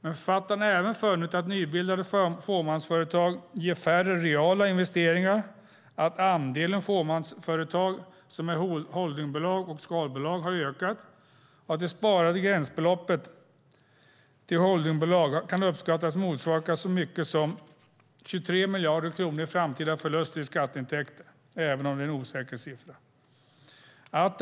Men författarna har även funnit att nybildade fåmansföretag gör färre reala investeringar, att andelen fåmansföretag som är holdingbolag och skalbolag har ökat, och att det sparade gränsbeloppet till holdingbolag kan uppskattas motsvara så mycket som 23 miljarder kronor i framtida förluster i skatteintäkter, även om den siffran är osäker.